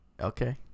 Okay